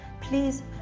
please